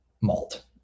malt